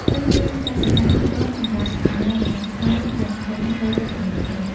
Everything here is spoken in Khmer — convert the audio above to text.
ត្រូវមាន ប្រាក់សន្សំគ្រប់គ្រាន់ សម្រាប់ចំណាយប្រចាំថ្ងៃយ៉ាងហោចណាស់ ៣ ទៅ ៦ ខែ។